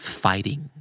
fighting